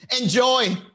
Enjoy